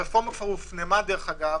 הרפורמה כבר הופנמה אגב,